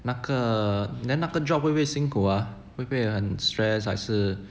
那个 then 那个 job 会不会辛苦啊会不会很 stress 还是